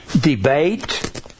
Debate